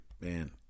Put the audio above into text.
Man